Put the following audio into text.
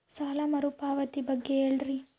ಸಾಲ ಮರುಪಾವತಿ ಬಗ್ಗೆ ಹೇಳ್ರಿ?